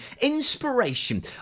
inspiration